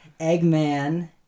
Eggman